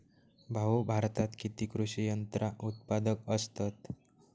भाऊ, भारतात किती कृषी यंत्रा उत्पादक असतत